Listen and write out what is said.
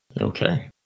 Okay